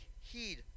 heed